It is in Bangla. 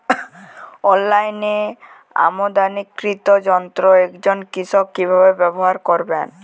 অনলাইনে আমদানীকৃত যন্ত্র একজন কৃষক কিভাবে ব্যবহার করবেন?